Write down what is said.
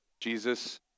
Jesus